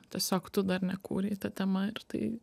tiesiog tu dar nekūrei ta tema ir tai